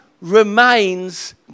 remains